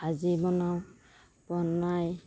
ভাজি বনাওঁ বনাই